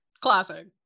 Classic